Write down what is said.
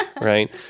right